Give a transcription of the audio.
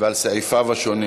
ולסעיפיו השונים.